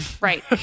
Right